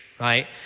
right